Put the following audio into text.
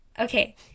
Okay